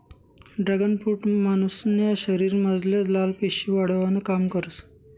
dragon fruit मानुसन्या शरीरमझारल्या लाल पेशी वाढावानं काम करस